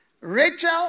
Rachel